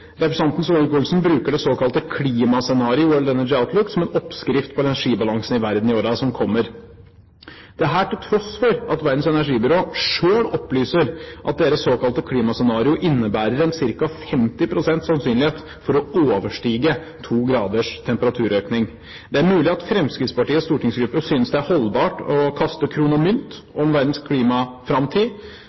Representanten Solvik-Olsen bruker det såkalte klimascenarioet i World Energy Outlook som en oppskrift på energibalansen i verden i årene som kommer, dette til tross for at Verdens energibyrå selv opplyser at deres såkalte klimascenario innebærer ca. 50 pst. sannsynlighet for å overstige 2 graders temperaturøkning. Det er mulig at Fremskrittspartiets stortingsgruppe synes det er holdbart å kaste kron og mynt om verdens klimaframtid.